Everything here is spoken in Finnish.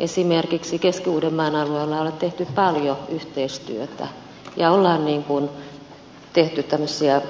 esimerkiksi keski uudenmaan alueella on tehty paljon yhteistyötä ja on tehty tämmöisiä